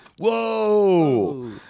Whoa